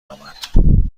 آمد